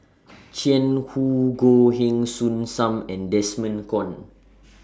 Jiang Hu Goh Heng Soon SAM and Desmond Kon